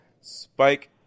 spike